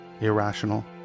irrational